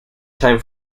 time